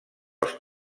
els